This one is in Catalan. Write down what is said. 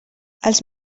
els